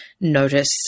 notice